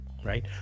right